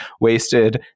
wasted